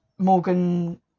Morgan